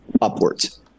upwards